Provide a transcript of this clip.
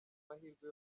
amahirwe